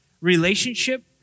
relationship